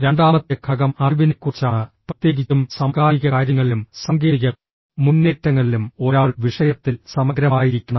രണ്ടാമത്തെ ഘടകം അറിവിനെക്കുറിച്ചാണ് പ്രത്യേകിച്ചും സമകാലിക കാര്യങ്ങളിലും സാങ്കേതിക മുന്നേറ്റങ്ങളിലും ഒരാൾ വിഷയത്തിൽ സമഗ്രമായിരിക്കണം